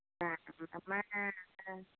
ఏముందమ్మా అంతా